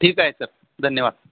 ठीक आहे सर धन्यवाद